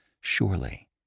Surely